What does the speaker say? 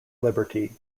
liberty